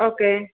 okay